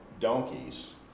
Donkeys